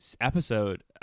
episode